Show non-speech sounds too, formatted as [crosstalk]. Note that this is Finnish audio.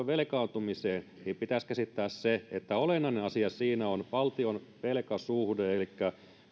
[unintelligible] velkaantumiseen niin pitäisi käsittää se että olennainen asia siinä on valtion velkasuhde elikkä